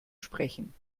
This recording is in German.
sprechen